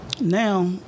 Now